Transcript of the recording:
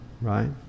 right